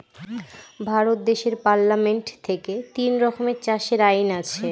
ভারত দেশের পার্লামেন্ট থেকে তিন রকমের চাষের আইন আছে